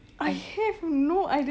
I have no idea